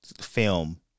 film